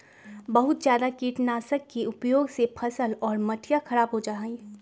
बहुत जादा कीटनाशक के उपयोग से फसल और मटिया खराब हो जाहई